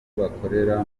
bakorera